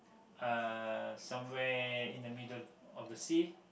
uh somewhere in the middle of the sea